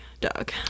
dog